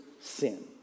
sin